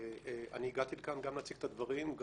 אני הגעתי לכאן גם להציג את הדברים.